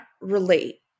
relate